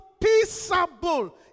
peaceable